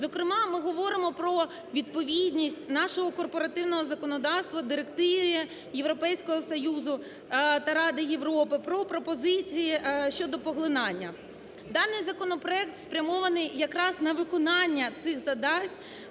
Зокрема, ми говоримо про відповідність нашого корпоративного законодавства Директиві Європейського Союзу та Ради Європи про пропозиції щодо поглинання. Даний законопроект спрямований якраз на виконання цих завдань